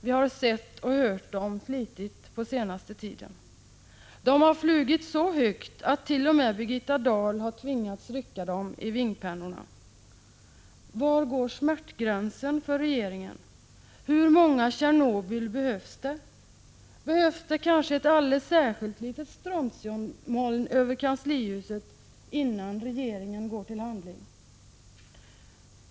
Vi har sett och hört dem flitigt den senaste tiden. De har flugit så högt attt.o.m. Birgitta Dahl har tvingats rycka dem i vingpennorna. Var går smärtgränsen för regeringen? Hur många Tjernobyl behövs det? Behövs det kanske ett alldeles särskilt litet strontiummoln över kanslihuset innan regeringen går till handling?